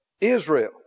Israel